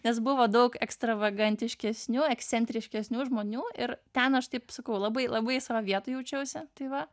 nes buvo daug ekstravagantiškesnių ekscentriškesnių žmonių ir ten aš taip sakau labai labai savo vietoj jaučiausi tai va